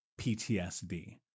PTSD